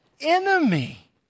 enemy